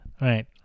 right